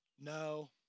no